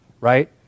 right